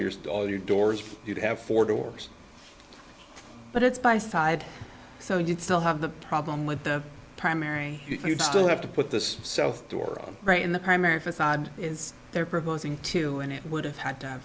yours all your doors you'd have four doors but it's by side so you'd still have the problem with the primary you'd still have to put this south door right in the primary facade is there proposing to and it would have had t